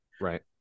Right